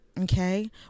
Okay